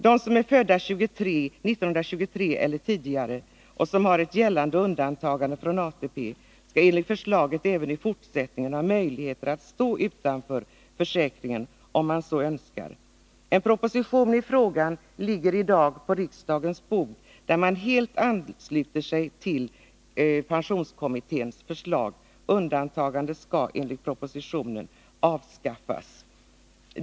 De som är födda 1923 eller tidigare och som har ett gällande undantagande från ATP skall enligt förslaget även i fortsättningen ha möjlighet att stå utanför försäkringen, om de så önskar. En proposition i frågan ligger nu på riksdagens bord. I denna ansluter sig regeringen helt till pensionskommitténs förslag. Enligt propositionen skall undantagandet avskaffas.